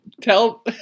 Tell